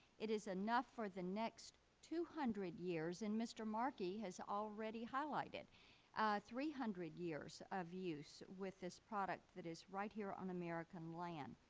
it is enough for the next two hundred years. and mr. markey has already highlighted three hundred years of use with this product that is right here on american land.